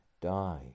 die